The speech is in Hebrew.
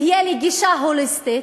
תהיה לי גישה הוליסטית,